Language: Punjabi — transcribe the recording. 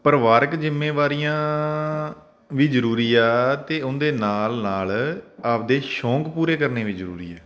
ਪਰਿਵਾਰਿਕ ਜ਼ਿੰਮੇਵਾਰੀਆਂ ਵੀ ਜ਼ਰੂਰੀ ਆ ਅਤੇ ਉਹਦੇ ਨਾਲ ਨਾਲ ਆਪਦੇ ਸ਼ੌਕ ਪੂਰੇ ਕਰਨੇ ਵੀ ਜ਼ਰੂਰੀ ਹੈ